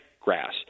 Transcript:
grass